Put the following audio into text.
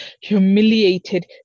humiliated